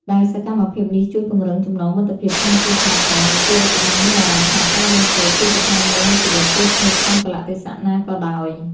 ដែលសកម្មភាពនេះជួយពង្រឹងចំណងមិត្តភាពក្នុងគ្រួសារផង និងជួយឱ្យកុមារមានអារម្មណ៍ថាការរៀនសូត្រគឺជាផ្នែកមួយនៃជីវិតទោះស្ថិតក្នុងកាលៈទេសៈណាក៏ដោយ។